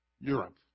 Europe